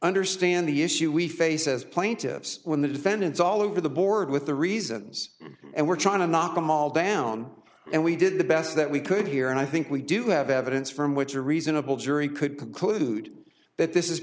understand the issue we face as plaintiffs when the defendants all over the board with the reasons and we're trying to knock them all down and we did the best that we could here and i think we do have evidence from which a reasonable jury could conclude that this is